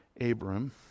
Abram